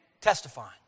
testifying